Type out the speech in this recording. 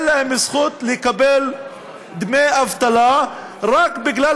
אין להם זכות לקבל דמי אבטלה רק בגלל